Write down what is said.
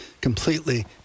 completely